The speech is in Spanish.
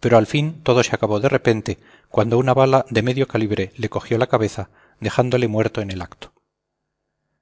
pero al fin todo se acabó de repente cuando una bala de medio calibre le cogió la cabeza dejándole muerto en el acto